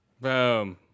Boom